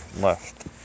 left